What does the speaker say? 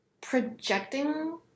projecting